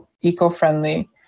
eco-friendly